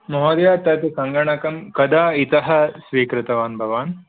महोदय तत् सङ्गणकं कदा इत स्वीकृतवान् भवान्